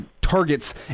targets